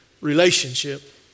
relationship